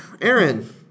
Aaron